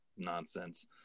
nonsense